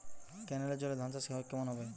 কেনেলের জলে ধানচাষ কেমন হবে?